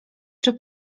czy